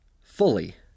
fully